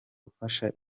ufasha